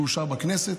שאושר בכנסת.